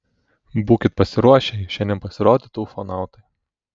būkit pasiruošę jei šiandien pasirodytų ufonautai